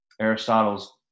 Aristotle's